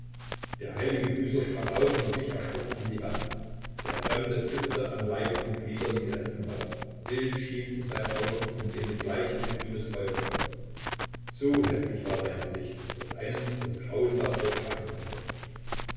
der heilige büßer sprang auf und wich erschrocken an die wand der fremde zitterte an leib und gliedern wie espenlaub wild schielten seine augen in denen bleich ein grünes feuer glomm so häßlich war sein gesicht daß einen das grauen davor packen konnte